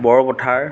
Borpathar